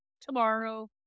tomorrow